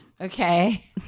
okay